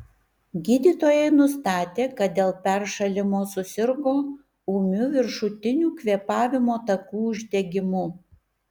gydytojai nustatė kad dėl peršalimo susirgo ūmiu viršutinių kvėpavimo takų uždegimu